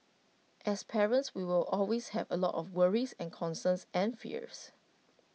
as parents we will always have A lot of worries and concerns and fears